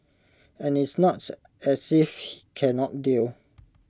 and it's not as if he cannot deal